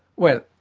well,